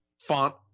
Font